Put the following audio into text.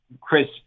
Chris